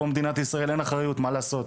פה מדינת ישראל, אין אחריות, מה לעשות.